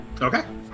Okay